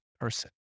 person